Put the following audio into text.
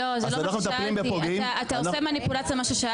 אז אנחנו מטפלים בפוגעים --- אתה עושה מניפולציה למה ששאלתי,